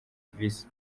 visi